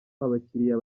abakiriya